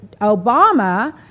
Obama